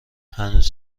هنوز